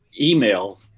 email